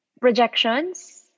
projections